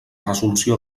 resolució